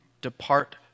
Depart